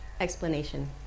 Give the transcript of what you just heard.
explanation